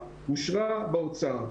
אתה נמצא בסיטואציה הזו הרבה יותר זמן.